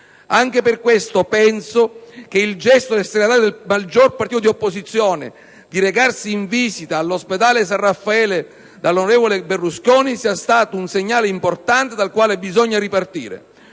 Anche per questo, penso che il gesto del segretario del maggiore partito dell'opposizione, di recarsi in visita all'ospedale San Raffaele dall'onorevole Berlusconi, sia stato un segnale importante dal quale bisogna ripartire.